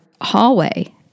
hallway